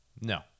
No